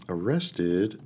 Arrested